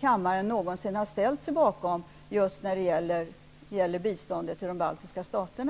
kammaren någonsin har ställt sig bakom just när det gäller biståndet till de baltiska staterna.